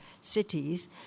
Cities